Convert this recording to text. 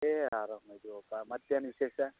ಏ ಆರಾಮ ಇದೀವಪ್ಪ ಮತ್ತೇನು ವಿಶೇಷ